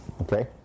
Okay